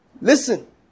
Listen